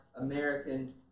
American